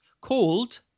called